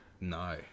No